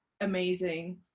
amazing